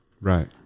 Right